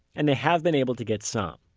and they have been able to get some.